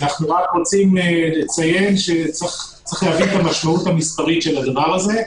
אנחנו רק רוצים לציין שיש להבין את המשמעות המספרית של זה.